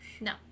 no